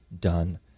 done